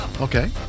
Okay